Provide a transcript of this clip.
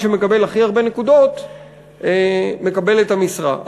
שמקבל הכי הרבה נקודות מקבל את המשרה.